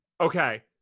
Okay